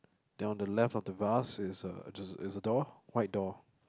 then on the left of the vase is a just is a door white door